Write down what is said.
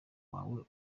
wawe